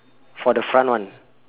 for the front one